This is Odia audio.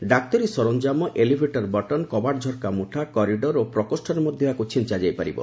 ଡାକ୍ତରୀ ସରଞ୍ଜାମ ଏଲିଭିଟର ବଟନ୍ କବାଟ ଝର୍କା ମୁଠା କରିଡ଼ର ଓ ପ୍ରକୋଷ୍ଠରେ ମଧ୍ୟ ଏହାକୁ ଛିଞ୍ଚାଯାଇ ପାରିବ